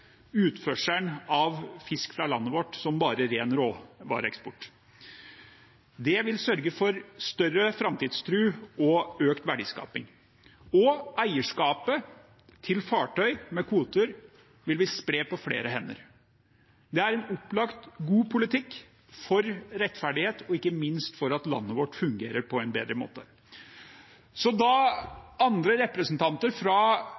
utførselen av fisk fra landet vårt som ren råvareeksport. Det vil sørge for større framtidstro og økt verdiskaping. Og eierskapet til fartøy med kvoter vil vi spre på flere hender. Det er opplagt god politikk for rettferdighet og ikke minst for at landet vårt skal fungere på en bedre måte. Når representanter fra